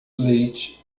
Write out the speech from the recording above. leite